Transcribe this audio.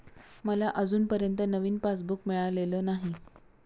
मला अजूनपर्यंत नवीन पासबुक मिळालेलं नाही